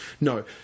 No